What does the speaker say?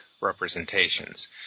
representations